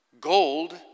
Gold